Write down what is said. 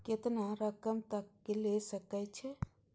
केतना रकम तक ले सके छै?